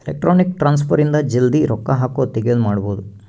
electronic transfer ಇಂದ ಜಲ್ದೀ ರೊಕ್ಕ ಹಾಕೋದು ತೆಗಿಯೋದು ಮಾಡ್ಬೋದು